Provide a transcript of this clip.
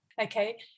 Okay